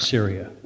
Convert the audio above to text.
Syria